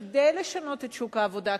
כדי לשנות את שוק העבודה,